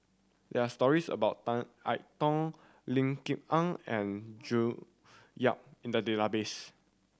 there are stories about Tan I Tong Lim Kok Ann and June Yap in the database